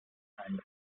and